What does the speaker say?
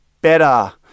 better